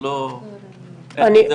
זה לא משהו אישי.